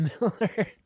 Miller